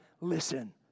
listen